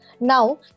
Now